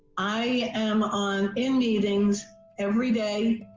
i am on in meetings every day